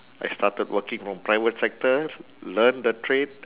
I started working on private sector learn the trade